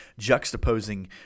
juxtaposing